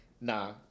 nah